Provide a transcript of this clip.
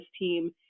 team